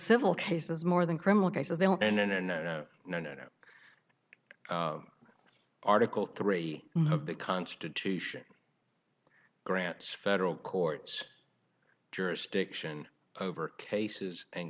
civil cases more than criminal cases they don't and no no no no article three of the constitution grants federal courts jurisdiction over cases and